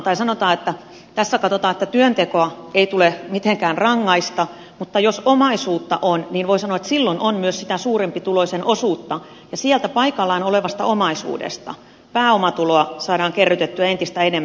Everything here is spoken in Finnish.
tai sanotaan että tässä katsotaan että työntekoa ei tule mitenkään rangaista mutta jos omaisuutta on niin voi sanoa että silloin on myös sitä suurempituloisen osuutta ja sieltä paikallaan olevasta omaisuudesta pääomatuloa saadaan kerrytettyä entistä enemmän